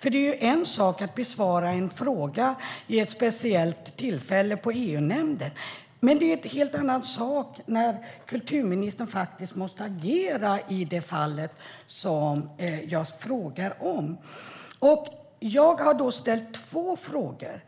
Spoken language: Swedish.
Det är en sak att besvara en fråga vid ett speciellt tillfälle i EU-nämnden och en helt annan sak när kulturministern faktiskt måste agera i det fall som jag frågar om. Jag har ställt två frågor.